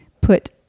put